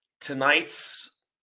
tonight's –